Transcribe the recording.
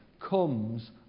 comes